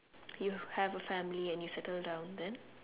you have a family and you settle down then